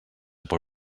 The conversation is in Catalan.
per